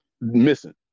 Missing